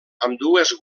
ambdues